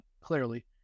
clearly